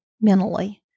mentally